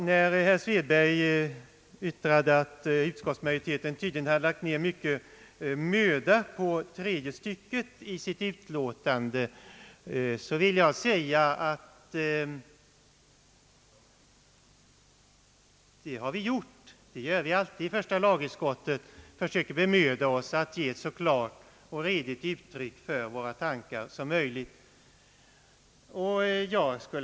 När herr Svedberg yttrade, att utskottsmajoriteten tydligen lagt ned mycken möda på tredje stycket i sitt utlåtande, så vill jag säga att vi i första lagutskottet alltid försöker bemöda oss att ge ett så klart och redigt uttryck som möjligt för våra tankar.